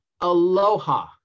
aloha